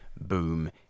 boom